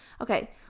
okay